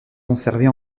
conservées